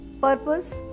purpose